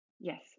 Yes